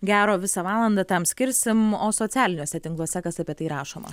gero visą valandą tam skirsim o socialiniuose tinkluose kas apie tai rašoma